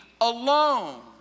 alone